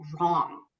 wrong